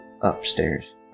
upstairs